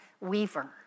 weaver